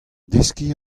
deskiñ